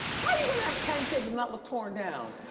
how you gonna have ten kids and not look torn down?